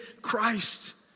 Christ